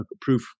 proof